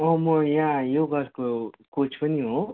अँ म यहाँ योगाको कोच पनि हो